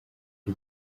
ari